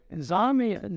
zombie